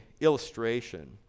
illustration